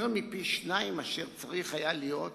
יותר מפי-שניים מאשר צריך היה להיות